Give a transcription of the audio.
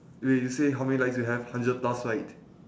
wait you say how many likes you have hundred plus right